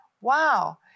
Wow